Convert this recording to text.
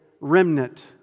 remnant